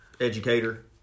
educator